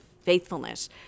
faithfulness